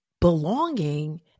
belonging